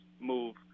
move